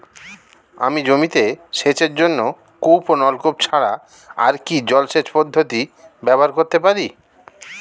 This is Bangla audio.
আমি জমিতে সেচের জন্য কূপ ও নলকূপ ছাড়া আর কি জলসেচ পদ্ধতি ব্যবহার করতে পারি?